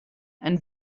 and